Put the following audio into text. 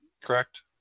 correct